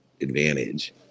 advantage